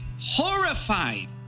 horrified